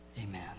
Amen